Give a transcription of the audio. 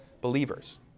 believers